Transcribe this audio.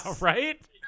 right